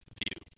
view